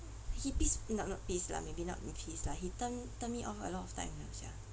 he pissed no not pissed lah maybe not pissed lah he he turn turn me off a lot of times liao sia